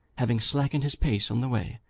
having slackened his pace on the way,